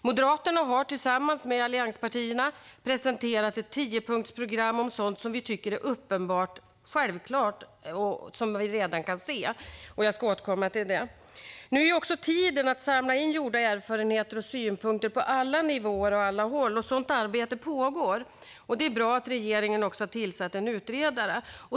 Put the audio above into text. Moderaterna har tillsammans med de övriga allianspartierna presenterat ett tiopunktsprogram om sådant som vi tycker är uppenbart och självklart och som vi redan kan se. Jag ska återkomma till detta. Nu är också tiden att samla in gjorda erfarenheter och synpunkter på alla nivåer och alla håll. Sådant arbete pågår, och det är bra att regeringen också tillsatt en utredare.